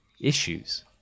issues